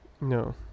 no